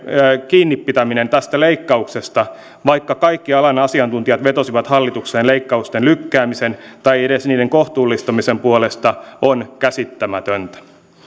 kiinnipitäminen tästä leikkauksesta vaikka kaikki alan asiantuntijat vetosivat hallitukseen leikkausten lykkäämisen tai edes niiden kohtuullistamisen puolesta on käsittämätöntä